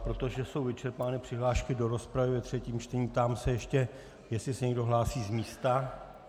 Protože jsou vyčerpány přihlášky do rozpravy ve třetím čtení, ptám se ještě, jestli se někdo hlásí z místa.